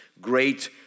great